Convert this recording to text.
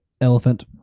Elephant